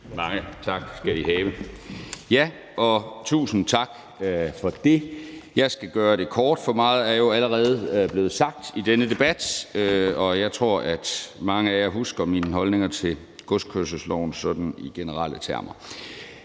Hansen (KF): Tusind tak for det. Jeg skal gøre det kort, for meget af det er jo allerede blevet sagt i denne debat, og jeg tror, at mange af jer husker mine holdninger til godskørselsloven sådan i generelle termer.